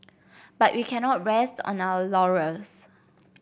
but we cannot rest on our laurels